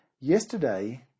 yesterday